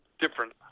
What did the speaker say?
Different